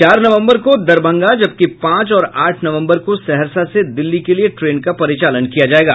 चार नवम्बर को दरभंगा जबकि पांच और आठ नवम्बर को सहरसा से दिल्ली के लिये ट्रेन का परिचालन किया जायेगा